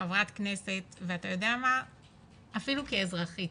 חברת כנסת ואפילו כאזרחית